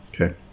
Okay